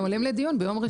הם עולים לדיון ביום ראשון.